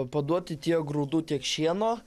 paduoti tiek grūdų tiek šieno